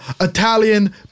Italian